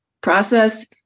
process